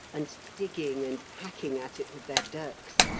and digging and hacking at it with their dirks.